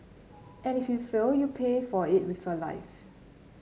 and if you fail you pay for it with your life